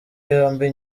yombi